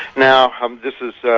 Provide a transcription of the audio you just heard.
now, um this is, so